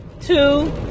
two